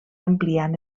ampliant